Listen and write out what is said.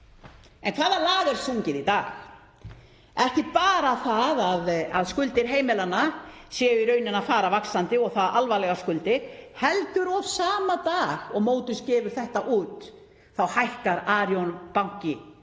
En hvaða lag er sungið í dag? Ekki bara það að skuldir heimilanna séu í rauninni að fara vaxandi og það alvarlegar skuldir heldur sama dag og Motus gefur þetta út þá hækkar Arion banki